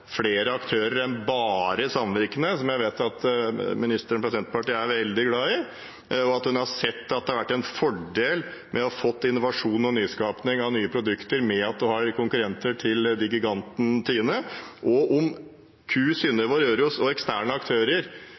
flere aktører enn bare samvirkene, som jeg vet at ministeren fra Senterpartiet er veldig glad i. Har hun sett at det har vært en fordel at man har fått innovasjon og nyskaping av nye produkter ved at en har konkurrenter til giganten Tine? Og vil Q-Meieriene, Synnøve Finden, Rørosmeieriet og eksterne aktører